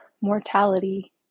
mortality